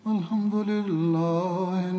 Alhamdulillah